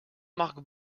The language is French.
marc